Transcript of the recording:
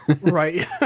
right